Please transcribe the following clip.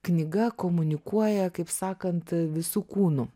knyga komunikuoja kaip sakant visu kūnu